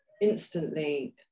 instantly